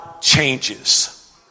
changes